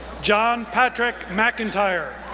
john patrick mcintyre,